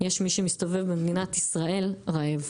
יש מי שמסתובב במדינת ישראל רעב.